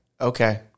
Okay